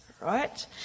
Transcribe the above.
right